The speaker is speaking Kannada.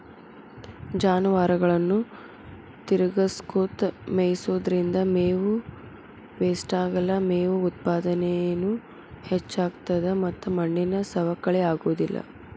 ಜಾನುವಾರುಗಳನ್ನ ತಿರಗಸ್ಕೊತ ಮೇಯಿಸೋದ್ರಿಂದ ಮೇವು ವೇಷ್ಟಾಗಲ್ಲ, ಮೇವು ಉತ್ಪಾದನೇನು ಹೆಚ್ಚಾಗ್ತತದ ಮತ್ತ ಮಣ್ಣಿನ ಸವಕಳಿ ಆಗೋದಿಲ್ಲ